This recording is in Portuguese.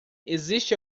existe